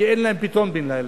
כי אין להן פתרון בן-לילה.